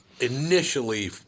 initially